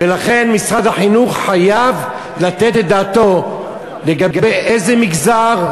ולכן משרד החינוך חייב לתת את דעתו לגבי איזה מגזר,